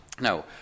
Now